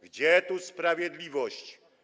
Gdzie tu sprawiedliwość?